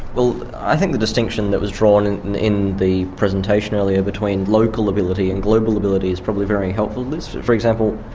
well, i think the distinction that was drawn and in in the presentation earlier between local ability and global ability is probably very helpful in this. for example,